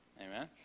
Amen